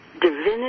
divinity